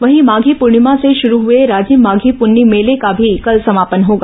वहीं माघी पूर्णिमा से शुरू हुए राजिम माघी पून्नी मेले का भी कल समापन होगा